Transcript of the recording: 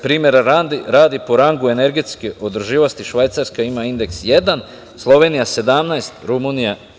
Primera radi, po rangu energetske održivosti Švajcarska ima indeks 1, Slovenija 17, Rumunija 11.